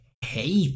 hate